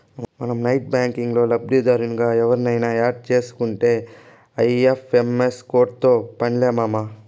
మనం నెట్ బ్యాంకిల్లో లబ్దిదారునిగా ఎవుర్నయిన యాడ్ సేసుకుంటే ఐ.ఎఫ్.ఎం.ఎస్ కోడ్తో పన్లే మామా